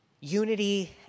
Unity